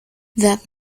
that